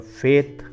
faith